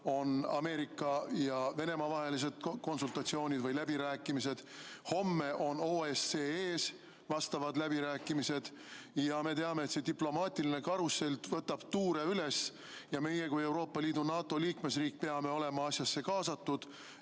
on Ameerika ja Venemaa vahelised läbirääkimised, homme on OSCE‑s vastavad läbirääkimised. Me teame, et diplomaatiline karussell võtab tuure üles ning meie kui Euroopa Liidu ja NATO liikmesriik peame olema asjasse kaasatud,